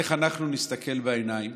איך אנחנו נסתכל בעיניים